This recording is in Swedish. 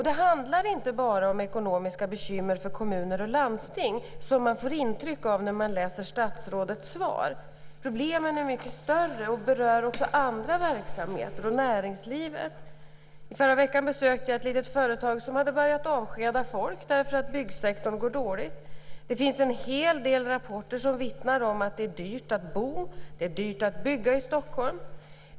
Det handlar inte bara om ekonomiska bekymmer för kommuner och landsting, som man får intryck av när man läser statsrådets svar. Problemen är mycket större och berör också andra verksamheter och näringslivet. I förra veckan besökte jag ett litet företag som hade börjat avskeda folk därför att byggsektorn går dåligt. Det finns en hel del rapporter som vittnar om att det är dyrt att bo och bygga i Stockholm.